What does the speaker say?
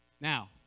Now